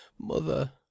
Mother